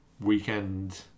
Weekend